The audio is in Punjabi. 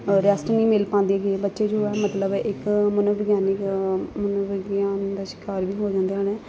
ਅ ਰੈਸਟ ਨਹੀਂ ਮਿਲ ਪਾਉਂਦੀ ਹੈਗੀ ਬੱਚੇ ਜੋ ਹੈ ਮਤਲਬ ਇੱਕ ਮਨੋਵਿਗਿਆਨਿਕ ਮਨੋਵਿਗਿਆਨ ਦਾ ਸ਼ਿਕਾਰ ਵੀ ਹੋ ਜਾਂਦੇ ਹਨ